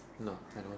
I know I know